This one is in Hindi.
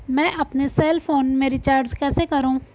मैं अपने सेल फोन में रिचार्ज कैसे करूँ?